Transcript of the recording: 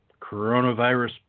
coronavirus